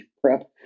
prep